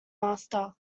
master